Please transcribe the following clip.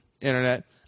Internet—